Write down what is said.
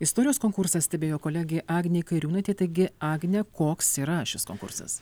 istorijos konkursą stebėjo kolegė agnė kairiūnaitė taigi agne koks yra šis konkursas